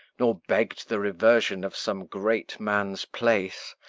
nor begg'd the reversion of some great man's place,